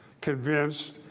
convinced